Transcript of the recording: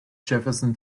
jefferson